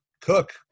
cook